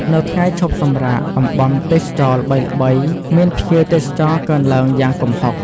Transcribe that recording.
នៅថ្ងៃឈប់សម្រាក តំបន់ទេសចរណ៍ល្បីៗមានភ្ញៀវទេសចរណ៍កើនឡើងយ៉ាងគំហុក។